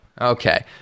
Okay